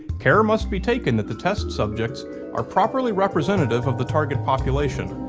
care must be taken that the test subjects are properly representative of the target population,